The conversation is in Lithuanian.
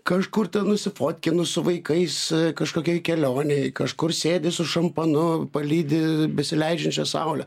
kažkur ten nusifotkinu su vaikais kažkokioj kelionėj kažkur sėdi su šampanu palydi besileidžiančią saulę